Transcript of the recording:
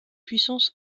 puissance